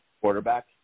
quarterback